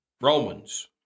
Romans